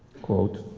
quote,